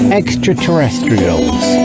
extraterrestrials